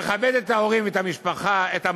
שמכבד את ההורים ואת המשפחה, את המורשת,